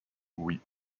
oui